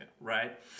right